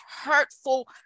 hurtful